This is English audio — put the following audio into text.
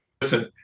listen